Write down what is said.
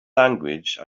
language